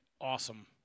awesome